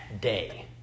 day